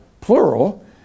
plural